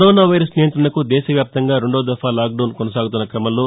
corona virus నియంత్రణకు దేశ వ్యాప్తంగా రెండో దఫా లాక్డౌన్ కొనసాగుతున్న క్రమంలో